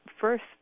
first